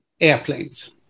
airplanes